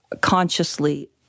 consciously